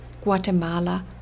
Guatemala